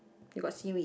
you got seaweed